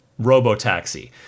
RoboTaxi